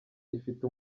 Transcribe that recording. ifite